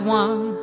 one